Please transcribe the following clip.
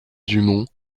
dumont